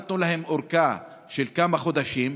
נתנו להם אורכה של כמה חודשים.